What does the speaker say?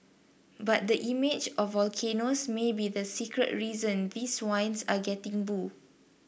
but the image of volcanoes may be the secret reason these wines are getting bu